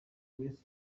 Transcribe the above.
grace